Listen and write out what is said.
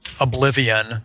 Oblivion